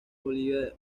bolivia